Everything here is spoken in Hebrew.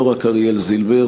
לא רק אריאל זילבר,